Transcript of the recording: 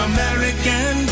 American